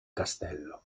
castello